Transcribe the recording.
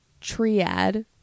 triad